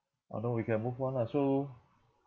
uh no we can move on lah so